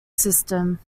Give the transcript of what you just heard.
system